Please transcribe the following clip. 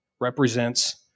represents